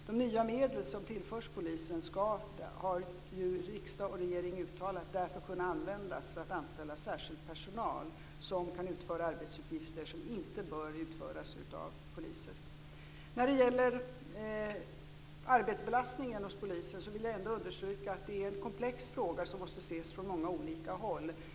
De nya medel som tillförs polisen skall - det har ju riksdagen och regeringen uttalat - därför kunna användas för att anställa särskild personal som kan utföra arbetsuppgifter som inte bör utföras av poliser. När det gäller polisens arbetsbelastning vill jag understryka att det är en komplex fråga som måste ses från många olika håll.